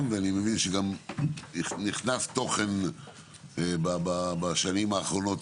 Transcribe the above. ואני מבין שגם נכנס יותר תוכן בשנים האחרונות,